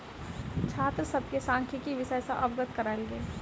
छात्र सभ के सांख्यिकी विषय सॅ अवगत करायल गेल